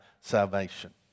salvation